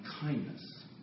kindness